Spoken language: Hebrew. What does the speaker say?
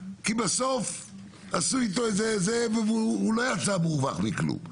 בסוף עשו איתו והוא לא יצא מורווח מכלום,